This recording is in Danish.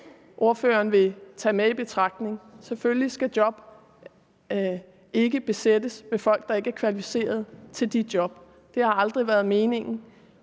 ordføreren vil tage med i betragtning. Selvfølgelig skal job ikke besættes med folk, der ikke er kvalificerede til de job. Det har aldrig været meningen.